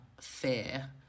fear